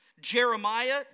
Jeremiah